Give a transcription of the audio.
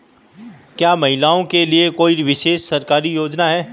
क्या महिलाओं के लिए कोई विशेष सरकारी योजना है?